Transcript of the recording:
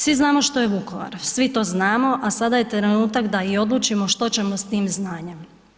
Svi znamo što je Vukovar, svi to znamo, a sada je trenutak da i odlučimo što ćemo s tim znanjem.